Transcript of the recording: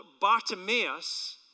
Bartimaeus